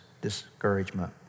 discouragement